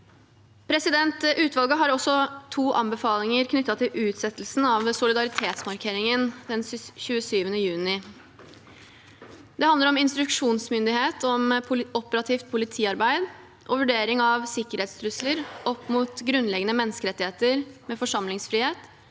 formulering. Utvalget har også to anbefalinger knyttet til utsettelsen av solidaritetsmarkeringen den 27. juni. Det handler om instruksjonsmyndighet om operativt politiarbeid og vurdering av sikkerhetstrusler opp mot grunnleggende menneskerettigheter som forsamlingsfrihet